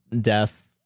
death